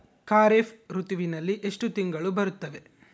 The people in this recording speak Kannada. ಖಾರೇಫ್ ಋತುವಿನಲ್ಲಿ ಎಷ್ಟು ತಿಂಗಳು ಬರುತ್ತವೆ?